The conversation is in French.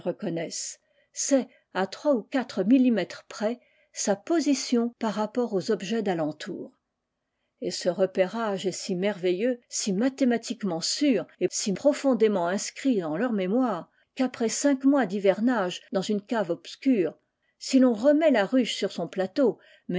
reconnaissent c'est à trois ou quatre millimètres près sa position par rapport aux objets d'alentour et ce repérage est si merveilleux si mathématiquement sûr et si profondément inscrit en leur mémoire qu'après cinq mois d'hivernage dans une cave obscure si l'on remet la ruche sur son plateau